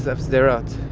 of sderot.